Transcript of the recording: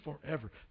forever